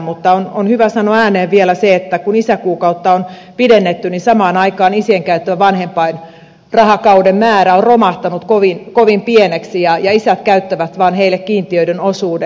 mutta on hyvä sanoa ääneen vielä se että kun isäkuukautta on pidennetty niin samaan aikaan isien käyttämä vanhempainrahakauden määrä on romahtanut kovin pieneksi ja isät käyttävät vaan heille kiintiöiden osuuden